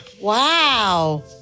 Wow